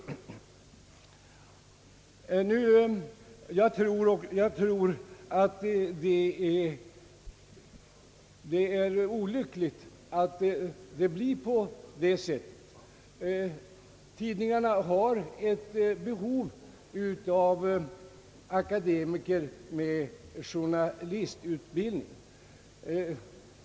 Det vore olyckligt om så blev fallet. Tidningarna har ändock ett behov av akademiker med journalistutbildning.